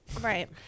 right